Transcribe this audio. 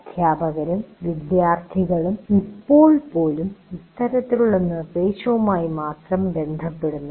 അധ്യാപകരും വിദ്യാർത്ഥികളും ഇപ്പോൾ പോലും ഇത്തരത്തിലുള്ള നിർദ്ദേശവുമായി മാത്രം ബന്ധപ്പെടുന്നു